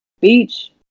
Beach